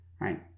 right